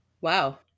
Wow